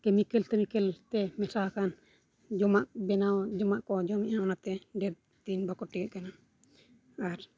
chemical ᱼᱛᱮᱢᱤᱠᱮᱞ ᱛᱮ ᱢᱮᱥᱟ ᱟᱠᱟᱱ ᱡᱚᱢᱟᱜ ᱵᱮᱱᱟᱣ ᱡᱚᱢᱟᱜ ᱠᱚ ᱡᱚᱢᱮᱜᱼᱟ ᱚᱱᱟᱛᱮ ᱰᱷᱮᱨ ᱫᱤᱱ ᱵᱟᱠᱚ ᱴᱤᱠᱟᱹᱜ ᱠᱟᱱᱟ ᱟᱨ